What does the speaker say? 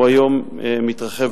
הוא היום מתרחב,